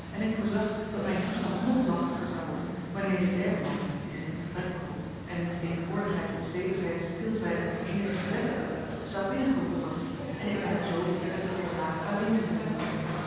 en ik voorzag dat mijn toestand nog lastiger zou worden wanneer de derde man die zich in t vertrek bevond en wiens tegenwoordigheid ons wederzijdsch stilzwijgen nog eenigszins wettigde zou binnengeroepen worden en ik mij alzoo met den heer blaek alleen bevinden